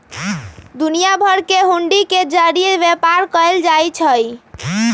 दुनिया भर में हुंडी के जरिये व्यापार कएल जाई छई